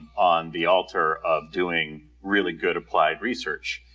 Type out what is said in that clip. on the altar of doing really good applied research.